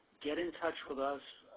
get in touch with us,